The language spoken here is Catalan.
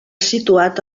situat